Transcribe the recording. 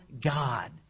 God